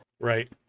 Right